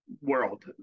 World